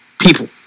people